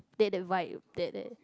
that that vibe that that